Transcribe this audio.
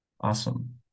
Awesome